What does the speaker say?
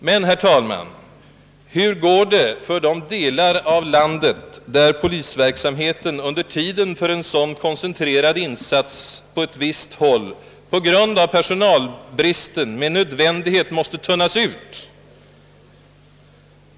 Men, herr talman, hur går det för de delar av landet där polisverksamheten under tiden för en sådan koncentrerad insats på visst håll på grund av personalbristen med nödvändighet måste tunnas ut?